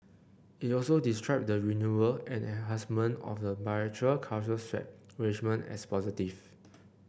it also described the renewal and enhancement of the bilateral currency swap arrangement as positive